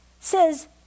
says